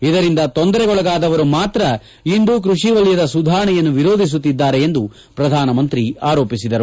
ಇದರಿಂದ ತೊಂದರೆಗೊಳಗಾದವರು ಮಾತ್ರ ಇಂದು ಕ್ಷಷಿ ವಲಯದ ಸುಧಾರಣೆಯನ್ನು ವಿರೋಧಿಸುತ್ತಿದ್ದಾರೆ ಎಂದು ಪ್ರಧಾನಮಂತ್ರಿ ಆರೋಪಿಸಿದರು